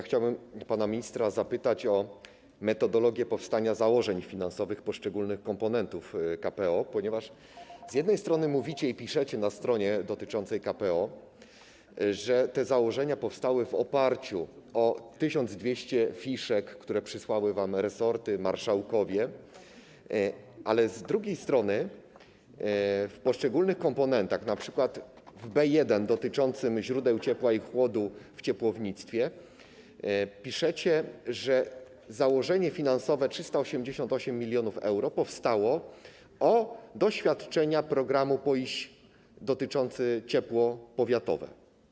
Chciałbym pana ministra zapytać o metodologię powstania założeń finansowych poszczególnych komponentów KPO, ponieważ z jednej strony na stronie dotyczącej KPO piszecie, że te założenia powstały w oparciu o 1200 fiszek, które przesłały wam resorty, marszałkowie, ale z drugiej strony przy poszczególnych komponentach, przy komponencie B1 dotyczącym źródeł ciepła i chłodu w ciepłownictwie piszecie, że założenie finansowe, 388 mln euro, powstało w oparciu o doświadczenia programu PO IiŚ dotyczące ciepłownictwa powiatowego.